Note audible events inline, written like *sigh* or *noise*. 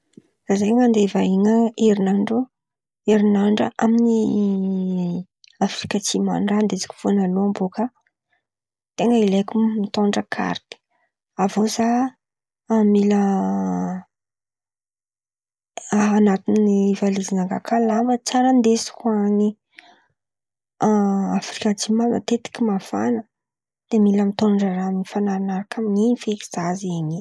Zah zen̈y andeha hivahin̈a herinandro herinandra amin'i *hesitation* Afrika Atsimo any. Raha andesiko vôlalohan̈y bàka, ten̈a ilaiko mitondra karity avô, zah mila *hesitation* raha an̈aty valizy nakà lamba tsara andesiko any. *hesitation* Afrika Atsimo an̈y matetiky mafàna de mila mitondra raha mifaraka amin'in̈y feky zah zen̈y.